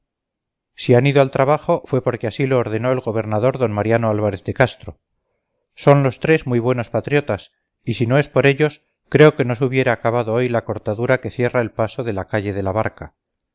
si han ido al trabajo fue porque así lo ordenó el gobernador d mariano álvarez de castro son los tres muy buenos patriotas y si no es por ellos creo que no se hubiera acabado hoy la cortadura que cierra el paso de la calle de la barca